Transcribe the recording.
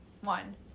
one